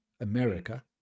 America